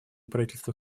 правительство